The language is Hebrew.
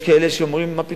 יש כאלה שאומרים: מה פתאום,